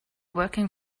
working